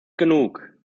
genug